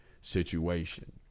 situation